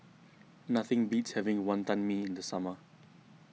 nothing beats having Wonton Mee in the summer